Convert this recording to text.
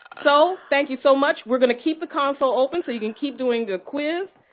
so thank you so much. we're going to keep the console open so you can keep doing the quiz.